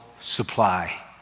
supply